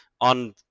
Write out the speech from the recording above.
on